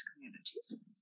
communities